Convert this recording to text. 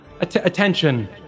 attention